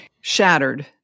shattered